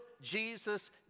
Jesus